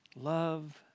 love